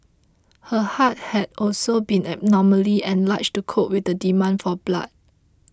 her heart had also been abnormally enlarged to cope with the demand for blood